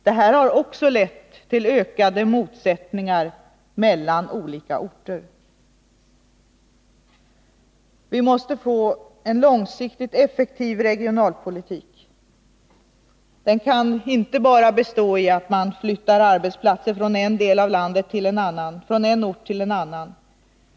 Det här har också lett till ökade motsättningar mellan olika orter. Vi måste få en långsiktigt effektiv regionalpolitik. Den kan inte bara bestå i att man flyttar arbetsplatser från en del av landet till en annan, från en ort till en annan.